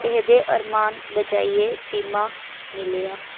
एह्दे अरहम बजाए फ़िआमा मिलेआ